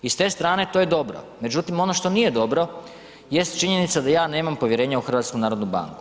I ste strane to je dobro, međutim ono što nije dobro jest činjenica da ja nemam povjerenja u HNB.